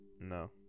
No